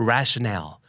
Rationale